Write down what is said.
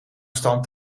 stand